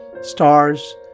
stars